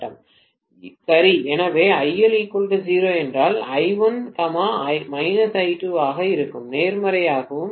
சரி எனவே IL 0 என்றால் I1 I2 ஆகவும் நேர்மாறாகவும் இருக்கும்